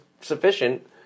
sufficient